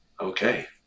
Okay